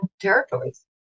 territories